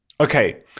Okay